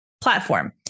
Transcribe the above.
platform